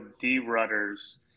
D-Rudders